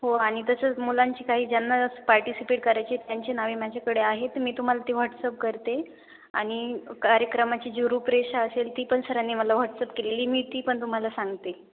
हो आणि तसंच मुलांची काही ज्यांना पार्टिसिपेट करायची आहेत त्यांची नावे माझ्याकडे आहेत मी तुम्हाला ती व्हॉट्सअप करते आणि कार्यक्रमाची जी रूपरेषा असेल ती पण सरांनी मला व्हॉट्सअप केलेली मी ती पण तुम्हाला सांगते